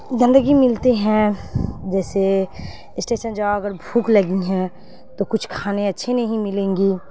گندگی ملتے ہیں جیسے اسٹیشن جاؤ اگر بھوک لگی ہیں تو کچھ کھانے اچھے نہیں ملیں گی